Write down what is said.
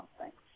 Thanks